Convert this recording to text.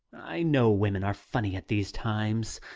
i know women are funny at these times.